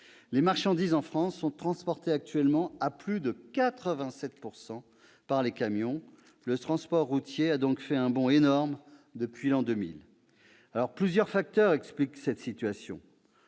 des marchandises sont transportées actuellement en France par les camions. Le transport routier a donc fait un bond énorme depuis l'an 2000. Plusieurs facteurs expliquent cette situation.